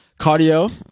cardio